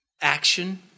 action